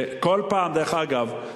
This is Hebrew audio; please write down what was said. דרך אגב,